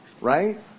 right